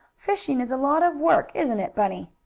fishing is a lot of work isn't it, bunny?